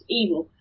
evil